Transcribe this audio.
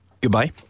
Goodbye